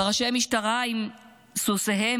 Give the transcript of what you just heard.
פרשי משטרה עם סוסיהם,